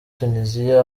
tunisia